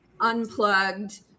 unplugged